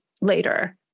later